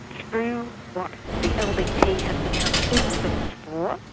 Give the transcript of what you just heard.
through what the ldp has become infamous for,